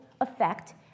effect